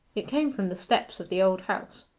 it came from the steps of the old house.